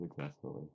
successfully